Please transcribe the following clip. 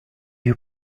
you